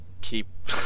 keep